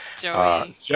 Joey